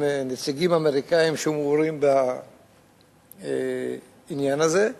נציגים אמריקנים שמעורים בעניין הזה,